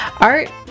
Art